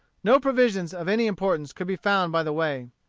no provisions, of any importance, could be found by the way.